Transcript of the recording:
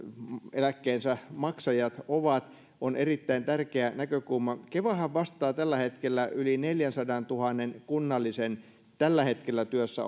eläkkeensä maksajat ovat on erittäin tärkeä näkökulma kevahan vastaa tällä hetkellä yli neljälläsadallatuhannella tällä hetkellä työssä